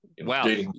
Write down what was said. Wow